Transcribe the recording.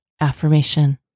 Affirmation